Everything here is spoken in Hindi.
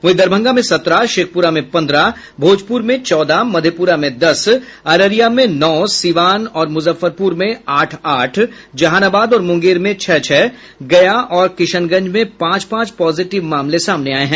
वहीं दरभंगा में सत्रह शेखपुरा में पन्द्रह भोजपुर में चौदह मधेपुरा में दस अररिया में नौ सीवान और मुजफ्फरपुर में आठ आठ जहानाबाद और मुंगेर में छह छह गया और किशनगंज में पांच पांच पॉजिटिव पाए गए हैं